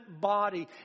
body